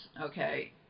Okay